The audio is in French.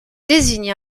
désigne